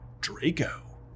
Draco